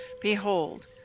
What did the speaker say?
Behold